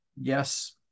yes